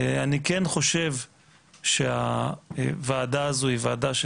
אני כן חושב שהוועדה הזאת היא ועדה,